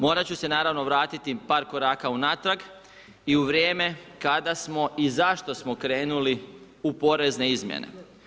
Morat ću se naravno vratiti par koraka unatrag i u vrijeme kada smo i zašto smo krenuli u porezne izmjene.